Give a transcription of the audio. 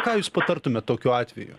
ką jūs patartumėt tokiu atveju